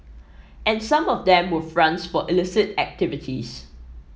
and some of them were fronts for illicit activities